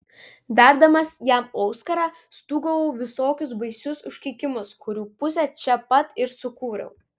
verdamas jam auskarą stūgavau visokius baisius užkeikimus kurių pusę čia pat ir sukūriau